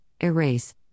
erase